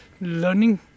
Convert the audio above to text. learning